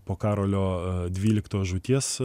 po karolio dvyliktojo žūties